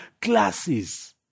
classes